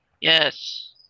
Yes